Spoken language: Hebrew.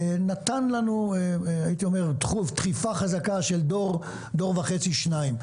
נתן לנו דחיפה חזקה של דור וחצי או שניים.